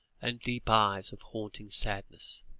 and deep eyes of haunting sadness.